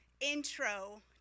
intro